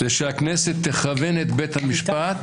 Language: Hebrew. שהכנסת תכוון את בית המשפט,